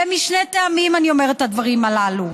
ומשני טעמים אני אומרת את הדברים הללו: